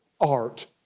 art